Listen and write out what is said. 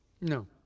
no